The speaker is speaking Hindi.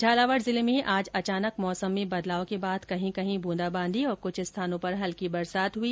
झालावाड जिले में आज अचानक मौसम में बदलाव के बाद कहीं कही व्रंदावांदी और कूछ स्थानों पर हल्की बरसात हुई